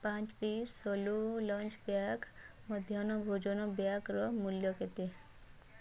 ପାଞ୍ଚ ପିସ୍ ସଲୋ lunch bag ମଧ୍ୟାହ୍ନ ଭୋଜନ ବ୍ୟାଗର ମୂଲ୍ୟ କେତେ